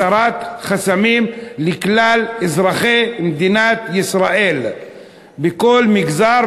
הסרת חסמים לכלל אזרחי מדינת ישראל בכל מגזר,